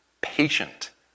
patient